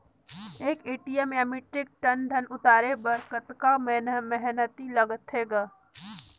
एक एम.टी या metric ton धन उतारे बर कतका मेहनती लगथे ग?